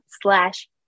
slash